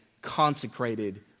consecrated